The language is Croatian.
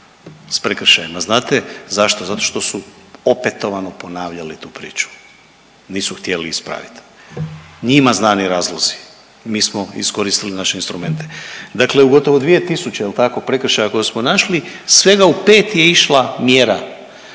sa prekršajem, a znate zašto? Zato što su opetovano ponavljali tu priču, nisu htjeli ispraviti. Njima znani razlozi. Mi smo iskoristili naše instrumente. Dakle u gotovo 2 tisuće, je li tako, prekršaja koje smo našli, svega u 5 je išla mjera,